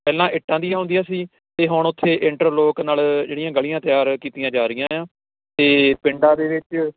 ਪਹਿਲਾਂ ਇੱਟਾਂ ਦੀਆਂ ਹੁੰਦੀਆਂ ਸੀ ਅਤੇ ਹੁਣ ਉੱਥੇ ਇੰਟਰਲੋਕ ਨਾਲ ਜਿਹੜੀਆਂ ਗਲੀਆਂ ਤਿਆਰ ਕੀਤੀਆਂ ਜਾ ਰਹੀਆਂ ਆ ਅਤੇ ਪਿੰਡਾਂ ਦੇ ਵਿੱਚ